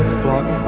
flock